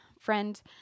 friend